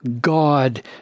God